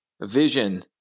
vision